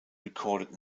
recorded